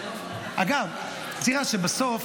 אגב בסוף,